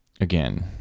again